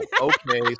okay